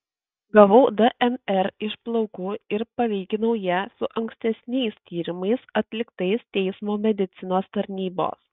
gavau dnr iš plaukų ir palyginau ją su ankstesniais tyrimais atliktais teismo medicinos tarnybos